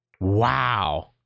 Wow